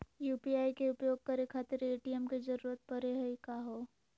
UPI के उपयोग करे खातीर ए.टी.एम के जरुरत परेही का हो?